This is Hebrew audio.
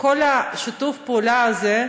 כל שיתוף הפעולה הזה,